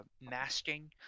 masking